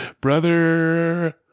brother